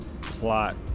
plot